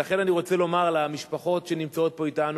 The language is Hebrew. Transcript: ולכן, אני רוצה לומר למשפחות שנמצאות פה אתנו,